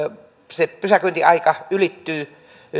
pysäköintiaika ylittyy